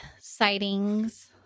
sightings